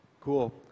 Cool